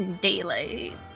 daylight